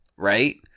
right